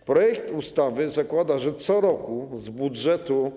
W projekcie ustawy założono, że co roku z budżetu